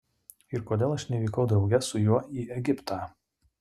ir kodėl aš nevykau drauge su juo į egiptą